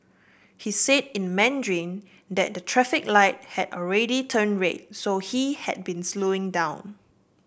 he say in Mandarin that the traffic light had already turn red so he had been slowing down